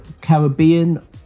Caribbean